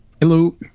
Hello